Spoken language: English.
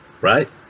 Right